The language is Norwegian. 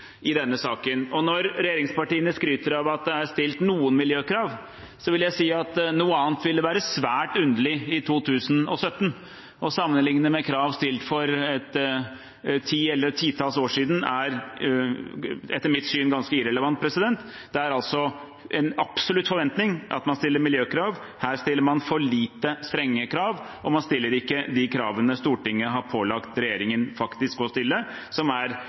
i denne saken. Når regjeringspartiene skryter av at det er stilt noen miljøkrav, vil jeg si at noe annet ville være svært underlig i 2017. Å sammenligne med krav stilt for ti eller et titalls år siden er etter mitt syn ganske irrelevant. Det er en absolutt forventning om at man stiller miljøkrav. Her stiller man for lite strenge krav, og man stiller ikke de kravene Stortinget har pålagt regjeringen faktisk å stille, som er